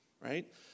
Right